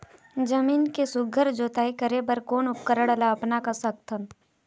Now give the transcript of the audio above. जमीन के सुघ्घर जोताई करे बर कोन उपकरण ला अपना सकथन?